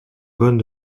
bonnes